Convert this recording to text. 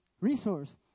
resource